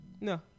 No